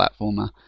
platformer